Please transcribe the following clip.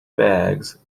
bags